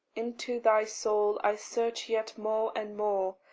into thy soul i search yet more and more,